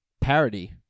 parody